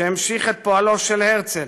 שהמשיך את פועלו של הרצל,